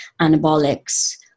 anabolics